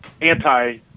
anti-